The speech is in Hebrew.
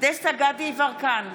דסטה גדי יברקן,